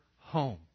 home